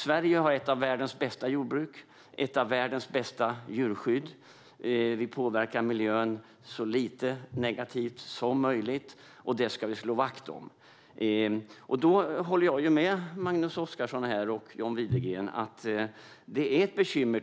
Sverige har ett av världens bästa jordbruk och ett av världens bästa djurskydd. Vi påverkar miljön så lite negativt som möjligt, och det ska vi slå vakt om. Jag håller med Magnus Oscarsson och John Widegren om att det är ett bekymmer